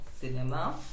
cinema